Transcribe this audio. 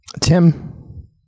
Tim